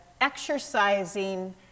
exercising